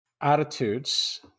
attitudes